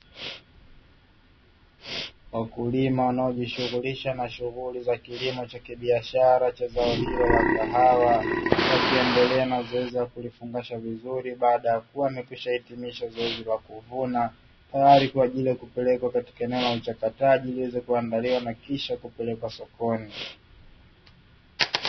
Wakulima wanaojishughulisha na shughuli za kilimo cha kibiashara cha zao hilo la kahawa wakiendelea na zoezi la kulifungasha vizuri baada ya kuwa wamekwishahitimisha zoezi la kuvuna, tayari kwa ajili ya kupelekwa katika eneo la uchakataji ili iweze kuandaliwa na kisha kupelekwa sokoni.